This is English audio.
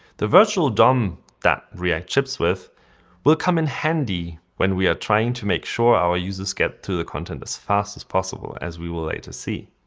the virtual dom that react chips with will come in handy when we are trying to make sure our users get to the content as fast as possible, as we will later see.